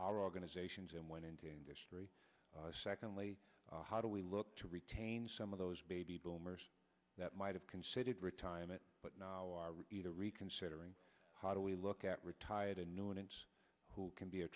our organizations and went into history secondly how do we look to retain some of those baby boomers that might have considered retirement but now are either reconsidering how do we look at retired unknown and who can be a